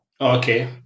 Okay